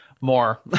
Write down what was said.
more